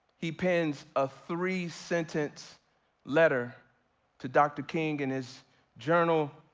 he pins a three sentence letter to dr. king in his journal.